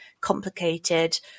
complicated